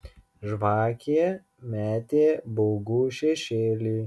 žvakė metė baugų šešėlį